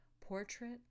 Portrait